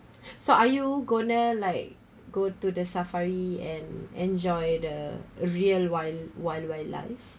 so are you going to like go to the safari and enjoy the real wild wild wildlife